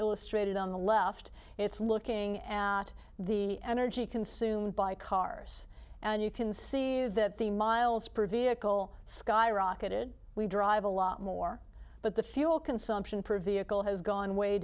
illustrated on the left it's looking at the energy consumed by cars and you can see that the miles per vehicle skyrocketed we drive a lot more but the fuel consumption per vehicle has gone way